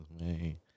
man